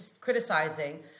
criticizing